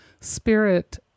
Spirit